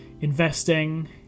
investing